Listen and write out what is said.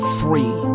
free